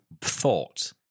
thought